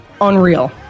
unreal